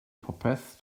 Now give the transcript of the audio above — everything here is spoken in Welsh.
popeth